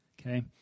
Okay